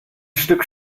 stück